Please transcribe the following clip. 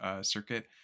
circuit